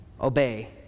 Obey